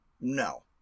No